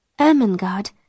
Ermengarde